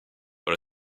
dans